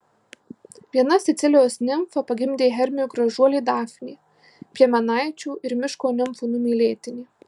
viena sicilijos nimfa pagimdė hermiui gražuolį dafnį piemenaičių ir miško nimfų numylėtinį